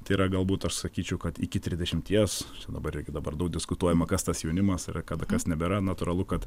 tai yra galbūt aš sakyčiau kad iki trisdešimties dabar irgi dabar daug diskutuojama kas tas jaunimas yra kad kas nebėra natūralu kad